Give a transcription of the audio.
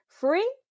free